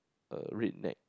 a red neck